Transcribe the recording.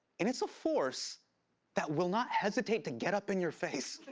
and it's a force that will not hesitate to get up in your face.